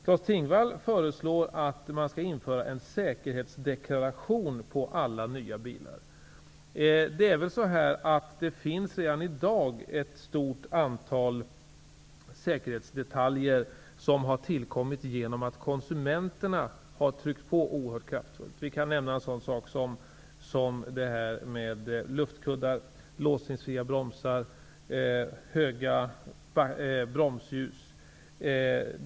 Claes Tingvall föreslår att man skall införa en säkerhetsdeklaration på alla nya bilar. Det finns redan i dag ett stort antal säkerhetsdetaljer som har tillkommit genom att konsumenterna har tryckt på oerhört kraftfullt. Vi kan nämna luftkuddar, låsningsfria bromsar, höga bromsljus.